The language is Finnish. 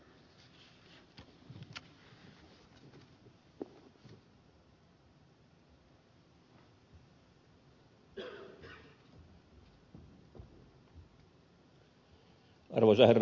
arvoisa herra puhemies